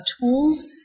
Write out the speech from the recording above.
tools